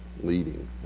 leading